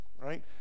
right